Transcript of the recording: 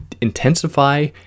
intensify